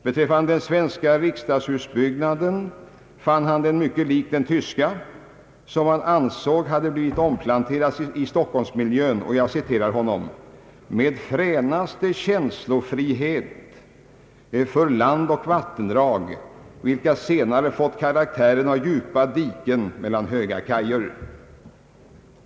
Han ansåg att den svenska riksdagshusbyggnaden var mycket lik den tyska, som han ansåg hade blivit omplanterad i stockholmsmiljö — jag citerar — »med fränaste känslofrihet för land och vattendrag vilka senare fått karaktären av djupa diken mellan höga kajer».